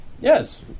Yes